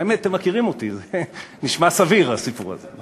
האמת, אתם מכירים אותי, זה נשמע סביר, הסיפור הזה.